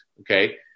Okay